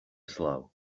slow